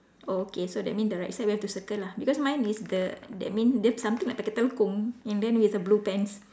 oh okay so that mean the right side we have to circle lah because mine is the that mean dia something like pakai telekung and then with the blue pants